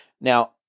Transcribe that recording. Now